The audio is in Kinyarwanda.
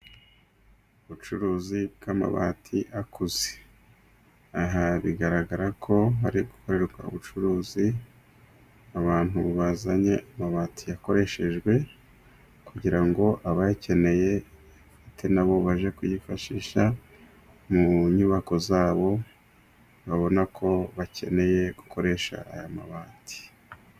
Ubucuruzi bw'amabati akuze. Aha bigaragara ko hari gukorerwa ubucuruzi abantu bazanye amabati yakoreshejwe kugira ngo abayakeneye nabo bajye kuyifashisha mu nyubako zabo , babona ko bakeneye gukoresha aya mabati.